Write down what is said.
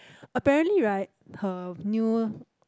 apparently right her new